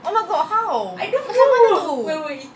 oh my god how macam mana tu